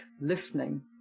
listening